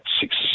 six